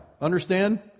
Understand